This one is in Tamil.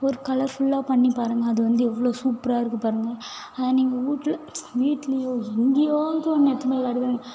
ஒரு கலர்ஃபுல்லாக பண்ணி பாருங்கள் அது வந்து எவ்வளோ சூப்பராக இருக்குது பாருங்கள் அதை நீங்கள் வீட்ல வீட்லேயோ எங்கேயாவது ஒன்றை எடுத்துன்னு போய்